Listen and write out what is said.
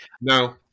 No